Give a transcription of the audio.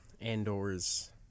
Andor's